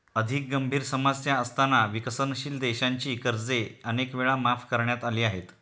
अधिक गंभीर समस्या असताना विकसनशील देशांची कर्जे अनेक वेळा माफ करण्यात आली आहेत